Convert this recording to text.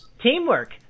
Teamwork